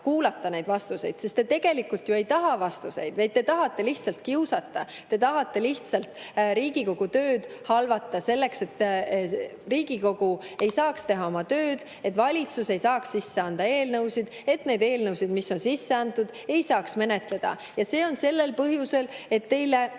ole aega neid vastuseid kuulata, sest te tegelikult ju ei taha vastuseid, vaid te tahate lihtsalt kiusata. Te tahate lihtsalt Riigikogu töö halvata, et Riigikogu ei saaks teha oma tööd, et valitsus ei saaks sisse anda eelnõusid ja et neid eelnõusid, mis on sisse antud, ei saaks menetleda. Ja see on sellel põhjusel, et teile